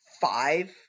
five